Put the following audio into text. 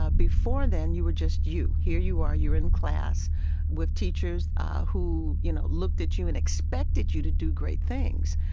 ah before then you were just you. here you are, you're in class with teachers who, you know, looked at you and expected you to do great things.